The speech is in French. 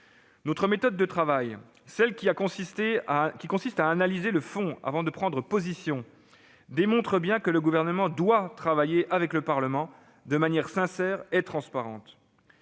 Notre méthode de travail, celle qui consiste à analyser le fond avant de prendre position, démontre bien que le Gouvernement doit travailler avec le Parlement, de manière sincère et transparente.